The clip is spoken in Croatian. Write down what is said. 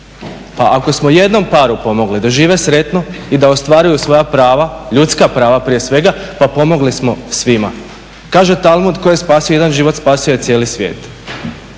Pa ako smo jednom paru pomogli da žive sretno i da ostvaruju svoja prava, ljudska prava prije svega, pa pomogli smo svima. Kaže Talmud tko je spasio jedan život, spasio je cijeli svijet.